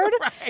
Right